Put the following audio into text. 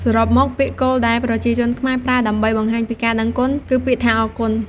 សរុបមកពាក្យគោលដែលប្រជាជនខ្មែរប្រើដើម្បីបង្ហាញពីការដឹងគុណ គឺពាក្យថា អរគុណ។